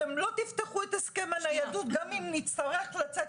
אתם לא תפתחו את הסכם הניידות גם אם נצטרך לצאת.